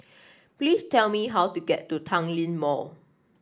please tell me how to get to Tanglin Mall